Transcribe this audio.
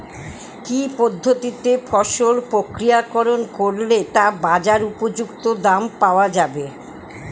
কি পদ্ধতিতে ফসল প্রক্রিয়াকরণ করলে তা বাজার উপযুক্ত দাম পাওয়া যাবে?